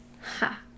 Ha